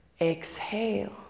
exhale